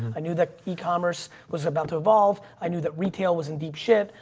i knew that e-commerce was about to evolve. i knew that retail was in deep shit.